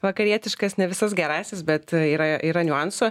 vakarietiškas ne visas gerąsias bet yra yra niuansų